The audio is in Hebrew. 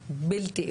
כי זה התפשט.